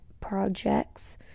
projects